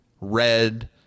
red